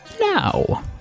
Now